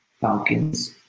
Falcons